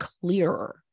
clearer